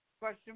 question